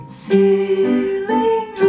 Sailing